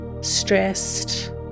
stressed